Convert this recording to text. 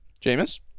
Jameis